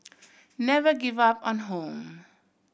never give up on home